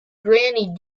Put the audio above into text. granny